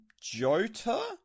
Jota